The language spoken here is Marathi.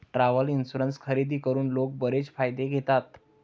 ट्रॅव्हल इन्शुरन्स खरेदी करून लोक बरेच फायदे घेतात